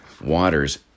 waters